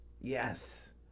Yes